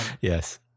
yes